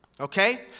Okay